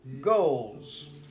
goals